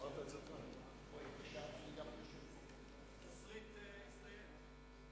התסריט הסתיים.